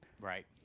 right